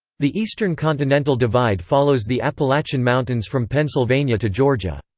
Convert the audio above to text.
the eastern continental divide follows the appalachian mountains from pennsylvania to georgia.